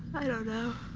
i don't know.